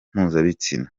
mpuzabitsina